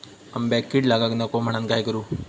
आंब्यक कीड लागाक नको म्हनान काय करू?